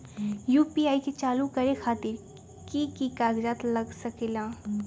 UPI के चालु करे खातीर कि की कागज़ात लग सकेला?